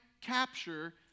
capture